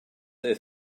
they